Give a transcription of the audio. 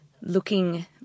looking